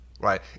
right